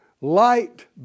light